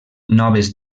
noves